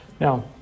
now